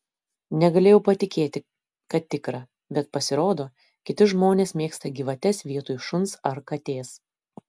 negalėjau patikėti kad tikra bet pasirodo kiti žmonės mėgsta gyvates vietoj šuns ar katės